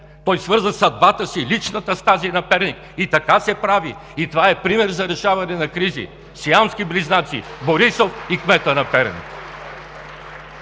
Той свърза съдбата си, личната, с тази на Перник, и така се прави, и това е пример за решаване на кризи – сиамски близнаци: Борисов и кметът на Перник.